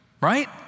right